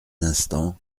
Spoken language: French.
instant